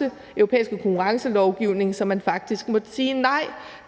den europæiske konkurrencelovgivning, så man faktisk måtte sige nej